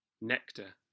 Nectar